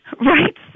Right